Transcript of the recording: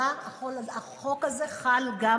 האובדן, החלל הזה שנוצר, שנת אבל היא שנה קשה.